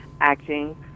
acting